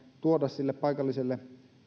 tuoda sille paikalliselle